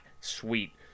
sweet